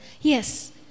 Yes